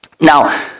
Now